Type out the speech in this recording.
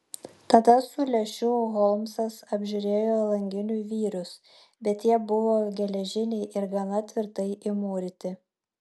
tada su lęšiu holmsas apžiūrėjo langinių vyrius bet jie buvo geležiniai ir gana tvirtai įmūryti